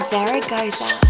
Zaragoza